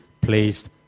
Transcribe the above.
placed